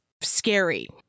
scary